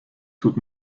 tut